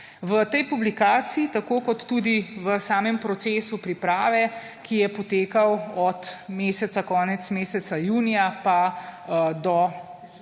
V tej publikaciji, tako kot tudi v samem procesu priprave, ki je potekal od konec meseca junija pa do